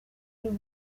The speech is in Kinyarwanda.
ariwe